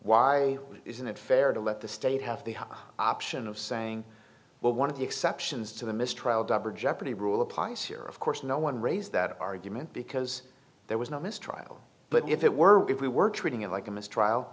why isn't it fair to let the state have the option of saying well one of the exceptions to the mistrial double jeopardy rule applies here of course no one raised that argument because there was no mistrial but if it were if we were treating it like a mistrial